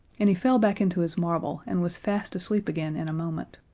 and he fell back into his marble and was fast asleep again in a moment.